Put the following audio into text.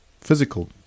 physical